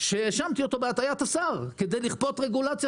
שהאשמתי אותו בהטעיית השר כדי לכפות רגולציה